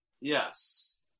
Yes